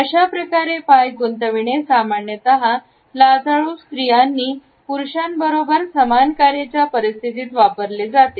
अशाप्रकारे पाय गुंतविणे सामान्यतः लाजाळू स्त्रियांनी पुरूषण बरोबर समान कामाच्या परिस्थितीत वापरले जाते